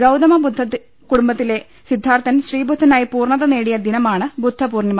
ഗൌതമ കുടുംബത്തിലെ സിദ്ധാർത്ഥൻ ശ്രീബുദ്ധനായി പൂർണ്ണത നേടിയ ദിനമാണ് ബുദ്ധ പൂർണിമ